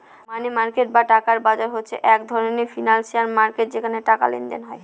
মানি market বা টাকার বাজার হচ্ছে এক ধরনের ফিনান্সিয়াল মার্কেট যেখানে টাকার লেনদেন হয়